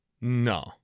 No